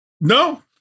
No